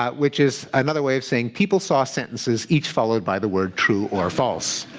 ah which is another way of saying people saw sentences, each followed by the word true or false.